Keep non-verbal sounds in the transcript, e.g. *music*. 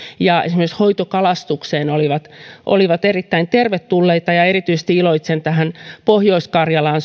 ja esimerkiksi hoitokalastukseen olivat olivat erittäin tervetulleita ja erityisesti iloitsen pohjois karjalaan *unintelligible*